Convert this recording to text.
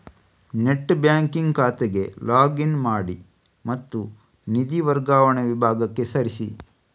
net banking ಖಾತೆಗೆ log in ಮಾಡಿ ಮತ್ತು ನಿಧಿ ವರ್ಗಾವಣೆ ವಿಭಾಗಕ್ಕೆ ಸರಿಸಿ